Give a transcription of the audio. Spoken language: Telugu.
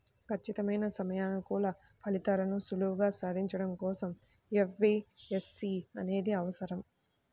ఖచ్చితమైన సమయానుకూల ఫలితాలను సులువుగా సాధించడం కోసం ఎఫ్ఏఎస్బి అనేది అవసరం